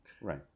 Right